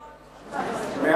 לא.